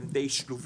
הם די שלובים,